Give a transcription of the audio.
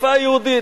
בשפה היהודית.